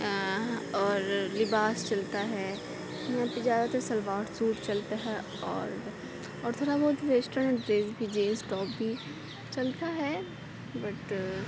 اور لباس چلتا ہے یہاں پہ زیادہ تر شلوار سوٹ چلتا ہے اور اور تھوڑا بہت ویسٹرن ڈریس بھی جینس ٹاپ بھی چلتا ہے بٹ